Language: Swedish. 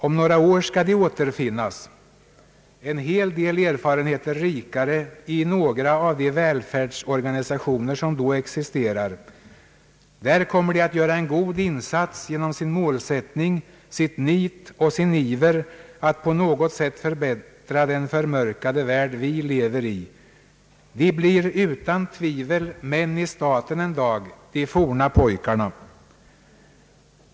Om några år skall de återfinnas, en hel del erfarenheter rikare, i några av de välfärdsorganisationer som då existerar, där de kommer att göra en god insats genom sin målsättning, sitt nit och sin iver att på något sätt förbättra den förmörkade värld vi lever i. De blir utan tvivel män i staten en dag — ”de forna pojkarna”.